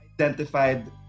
identified